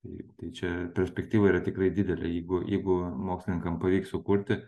taip tai čia perspektyva yra tikrai didelė jeigu jeigu mokslininkam pavyks sukurti